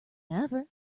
never